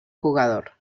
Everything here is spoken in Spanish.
jugador